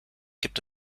gibt